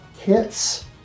hits